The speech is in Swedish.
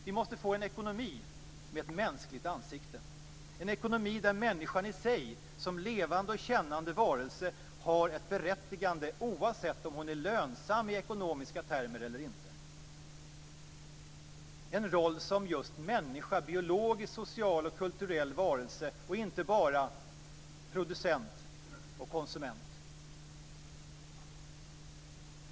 Vi måste få en ekonomi med ett mänskligt ansikte, en ekonomi där människan i sig, som levande och kännande varelse, har ett berättigande oavsett om hon är lönsam i ekonomiska termer eller inte och en roll som just människa, en biologisk, social och kulturell varelse, och inte bara producent och konsument.